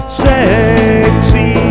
sexy